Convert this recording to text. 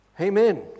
Amen